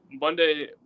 Monday